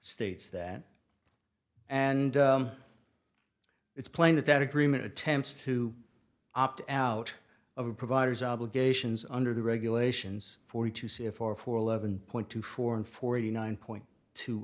states that and it's plain that that agreement attempts to opt out of a provider's obligations under the regulations for you to see if or for eleven point two four and forty nine point t